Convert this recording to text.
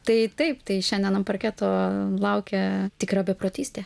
tai taip tai šiandien ant parketo laukia tikra beprotystė